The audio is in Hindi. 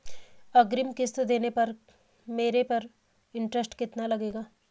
अग्रिम किश्त देने पर मेरे पर इंट्रेस्ट कितना लगेगा?